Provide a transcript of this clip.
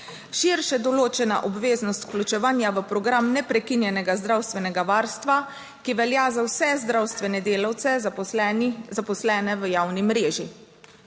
širše določena obveznost vključevanja v program neprekinjenega zdravstvenega varstva, ki velja za vse zdravstvene delavce, zaposlene, zaposlene